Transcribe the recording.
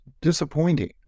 disappointing